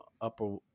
Upper